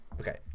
Okay